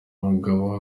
mugabo